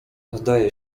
zdaje